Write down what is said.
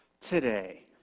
today